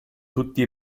tutti